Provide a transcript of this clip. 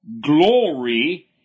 glory